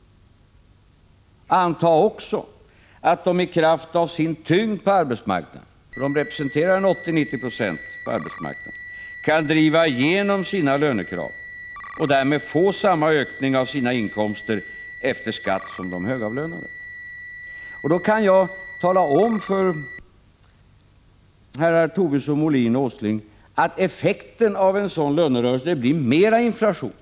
Anta också att de med kraft av sin tyngd på arbetsmarknaden — de representerar 80-90 20 på arbetsmarknaden — kan driva igenom sina lönekrav och därmed få samma ökningar av sina inkomster efter skatt som de högavlönade. Då kan jag tala om för herrarna Tobisson, Molin och Åsling att effekten av en sådan lönerörelse blir mera inflation.